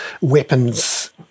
weapons